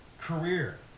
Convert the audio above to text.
career